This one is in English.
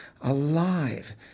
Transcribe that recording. alive